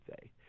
say